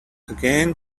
again